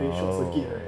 oh